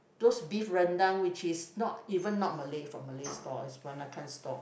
those beef rendang which is not even not Malay from Malay store is Peranakan store